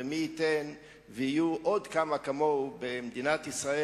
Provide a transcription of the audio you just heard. ומי ייתן ויהיו עוד כמה כמוהו במדינת ישראל.